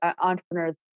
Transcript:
entrepreneurs